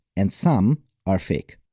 and some are fake.